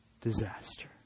disaster